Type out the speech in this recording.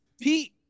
Pete